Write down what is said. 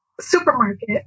supermarket